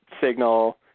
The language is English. signal